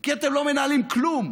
כי אתם לא מנהלים כלום